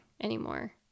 anymore